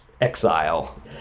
exile